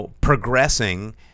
progressing